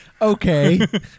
okay